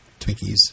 Twinkies